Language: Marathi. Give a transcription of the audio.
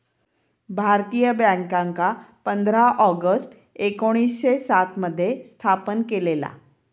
भारतीय बॅन्कांका पंधरा ऑगस्ट एकोणीसशे सात मध्ये स्थापन केलेला